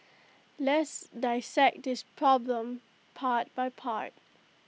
let's dissect this problem part by part